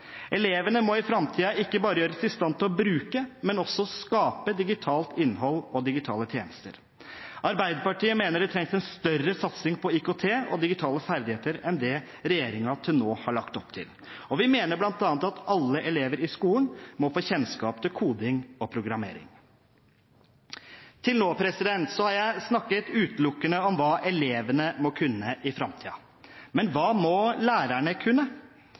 Elevene må i framtiden ikke bare gjøres i stand til å bruke, men også å skape digitalt innhold og digitale tjenester. Arbeiderpartiet mener det trengs en større satsing på IKT og digitale ferdigheter enn det regjeringen til nå har lagt opp til, og vi mener bl.a. at alle elever i skolen må få kjennskap til koding og programmering. Til nå har jeg snakket utelukkende om hva elevene må kunne i framtiden. Men hva må lærerne kunne?